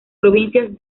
provincias